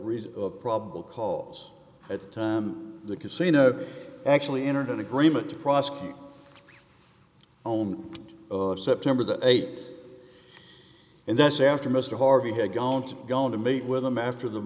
reason of probable cause at the time the casino actually entered an agreement to prosecute own september the th and that's after mr harvey had gone to going to meet with them after the